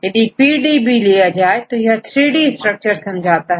यदिPDB लिया जाए तो यह 3D स्ट्रक्चर समझाता है